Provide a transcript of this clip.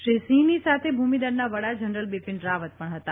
શ્રી સિંહની સાથે ભૂમિદળના વડા જનરલ બિપિન રાવત પણ હતા